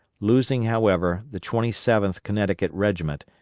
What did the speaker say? losing however, the twenty seventh connecticut regiment,